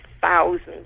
thousands